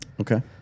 Okay